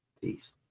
Peace